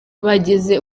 bagize